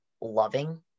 loving